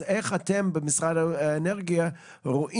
איך אתם רואים את זה במשרד האנרגיה ואילו